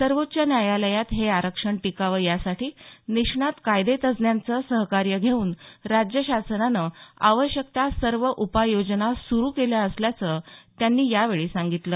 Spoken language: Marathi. सर्वोच्च न्यायालयात हे आरक्षण टिकावं यासाठी निष्णात कायदेतज्ञांचं सहकार्य घेऊन राज्य शासनानं आवश्यक त्या सर्व उपाययोजना सुरु केल्या असल्याचं त्यांनी यावेळी सांगितलं